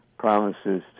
promises